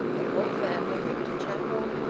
the whole family went to chapel.